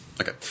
Okay